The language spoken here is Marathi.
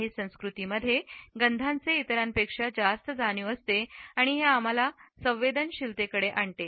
काही संस्कृतींमध्ये गंधाचे इतरांपेक्षा जास्त जाणीव असते आणि हे आम्हाला संवेदनशीलतेकडे आणते